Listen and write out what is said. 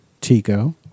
Tico